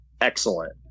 excellent